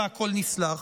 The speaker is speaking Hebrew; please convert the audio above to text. והכול נסלח.